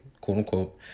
quote-unquote